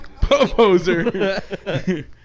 Poser